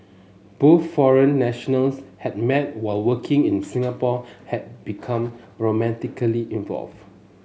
both foreign nationals had met while working in Singapore and become romantically involved